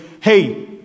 hey